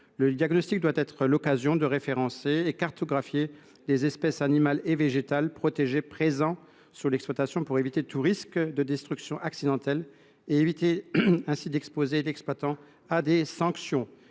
Le diagnostic doit être l’occasion de référencer et de cartographier les espèces animales et végétales protégées présentes sur l’exploitation, afin d’éviter tout risque de destruction accidentelle, qui exposerait l’exploitant à des sanctions.